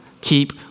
keep